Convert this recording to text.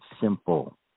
simple